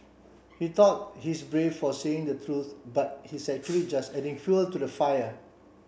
he thought he's brave for saying the truth but he's actually just adding fuel to the fire